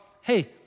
Hey